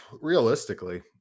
realistically